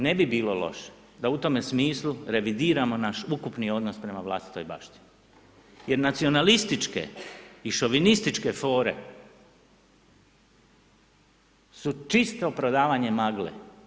Ne bi bilo loše da u tome smislu revidiramo naš ukupni odnos prema vlastitoj baštini jer nacionalističke i šovinističke fore su čisto prodavanje magle.